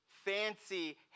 fancy